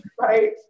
Right